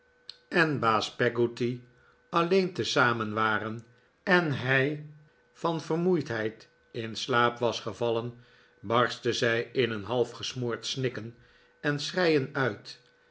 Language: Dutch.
en baas peggotty alleen tezamen waren en hij van vermoeidheid in slaap was gevallen barstte zij in een half gesmoord snikken en schreien uit